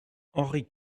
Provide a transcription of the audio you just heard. henri